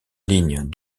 ligne